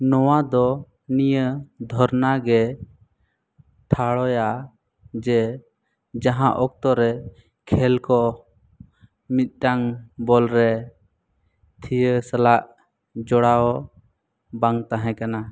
ᱱᱚᱣᱟ ᱫᱚ ᱱᱤᱭᱟᱹ ᱫᱷᱚᱨᱱᱟ ᱜᱮᱭ ᱴᱷᱟᱲᱚᱭᱟ ᱡᱮ ᱡᱟᱦᱟᱸ ᱚᱠᱛᱚᱨᱮ ᱠᱷᱮᱹᱞᱠᱚ ᱢᱤᱫᱴᱟᱝ ᱵᱚᱞ ᱨᱮ ᱛᱷᱤᱭᱟᱹ ᱥᱟᱞᱟᱜ ᱡᱚᱲᱟᱣ ᱵᱟᱝ ᱛᱟᱦᱮᱸᱠᱟᱱᱟ